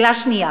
שאלה שנייה: